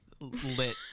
lit